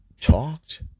talked